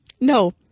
No